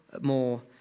more